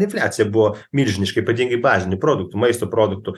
infliacija buvo milžiniška ypatingai bazinių produktų maisto produktų